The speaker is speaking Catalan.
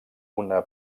una